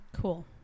Cool